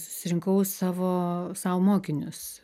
susirinkau savo sau mokinius